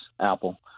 Apple